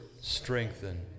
strengthen